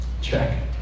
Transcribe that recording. Check